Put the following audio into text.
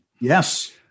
Yes